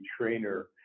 trainer